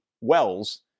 wells